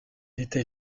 était